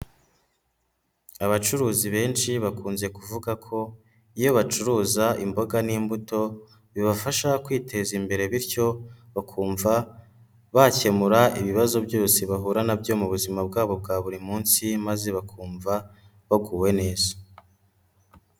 Abacuruzi benshi bakunze kuvuga ko iyo bacuruza imboga n'imbuto, bibafasha kwiteza imbere bityo bakumva bakemura ibibazo byose bahura na byo mu buzima bwabo bwa buri munsi maze bakumva baguwe neza.